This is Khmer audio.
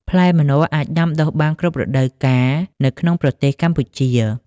ផ្លែម្នាស់អាចដាំដុះបាន គ្រប់រដូវកាល នៅក្នុងប្រទេសកម្ពុជា។